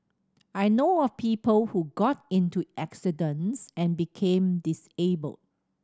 I know of people who got into accidents and became disabled